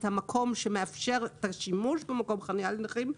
המקום שמאפשר את השימוש במקום חניה לנכים,